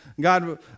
God